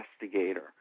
investigator